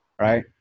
right